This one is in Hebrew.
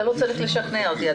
אתה לא צריך לשכנע אותי.